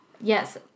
Yes